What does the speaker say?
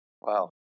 Wow